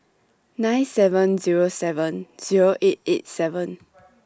nine seven Zero seven Zero eight eight seven